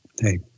hey